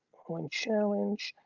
all in challenge,